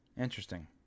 Interesting